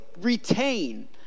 retain